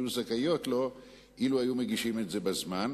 היו זכאיות לו אילו הגישו את זה בזמן.